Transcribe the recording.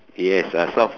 yes I solve